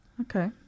Okay